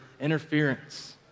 interference